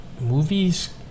Movies